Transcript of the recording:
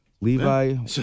Levi